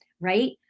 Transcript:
right